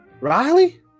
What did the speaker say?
Riley